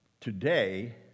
today